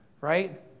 right